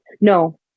no